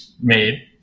made